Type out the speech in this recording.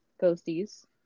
Ghosties